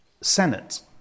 Senate